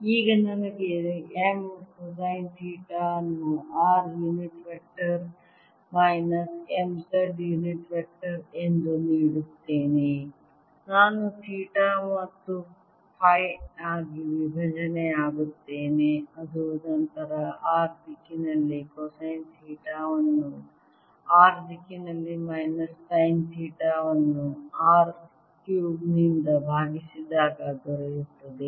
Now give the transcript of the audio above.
ಈಗ ನನಗೆ m cosine theta ಅನ್ನು r unit vector minus m z unit vector ಎಂದು ನೀಡುತ್ತೇನೆ ನಾನು ಥೀಟಾ ಮತ್ತು ಫೈ ಆಗಿ ವಿಭಜನೆಯಾಗುತ್ತೇನೆ ಅದು ನಂತರ r ದಿಕ್ಕಿನಲ್ಲಿ ಕೊಸೈನ್ ಥೀಟಾ ವನ್ನು r ದಿಕ್ಕಿನಲ್ಲಿ ಮೈನಸ್ ಸೈನ್ ಥೀಟಾ ವನ್ನು R ಕ್ಯೂಬ್ನಿಂದ ಭಾಗಿಸಿದಾಗ ದೊರೆಯುತ್ತದೆ